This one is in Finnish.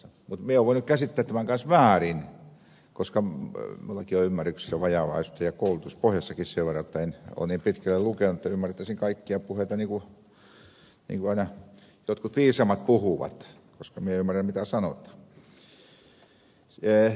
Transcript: mutta minä olen voinut käsittää tämän myös väärin koska minullakin on ymmärryksessä vajavaisuutta ja koulutuspohjassakin sen verran jotta en ole niin pitkälle lukenut että ymmärtäisin kaikkia puheita niin kuin aina jotkut viisaammat puhuvat koska minä en ymmärrä mitä sanotaan